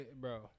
bro